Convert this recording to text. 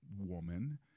woman